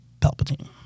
Palpatine